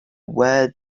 were